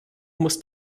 muss